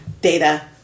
data